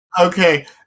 Okay